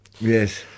Yes